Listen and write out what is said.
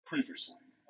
Previously